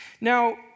Now